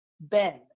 Ben